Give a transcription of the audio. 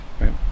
right